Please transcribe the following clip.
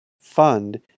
fund